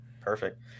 Perfect